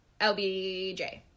LBJ